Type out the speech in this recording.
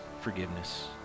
forgiveness